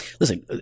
Listen